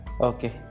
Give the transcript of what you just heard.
okay